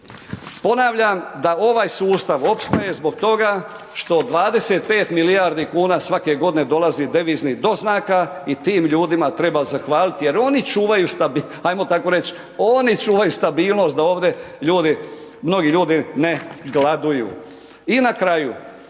Ponavljam da ovaj sustav opstaje zbog toga što 25 milijardi kuna svake godine dolazi deviznih doznaka i tim ljudima treba zahvaliti jer oni čuvaju ajmo tako reć, oni čuvaju stabilnost da ovdje mnogi ljudi ne gladuju. I na kraju,